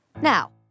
Now